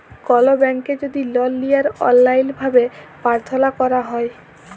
call ব্যাংকে যদি লল লিয়ার অললাইল ভাবে পার্থলা ক্যরা হ্যয়